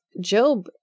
Job